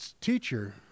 teacher